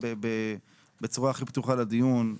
בצורה הכי פתוחה לדיון,